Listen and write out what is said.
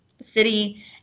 city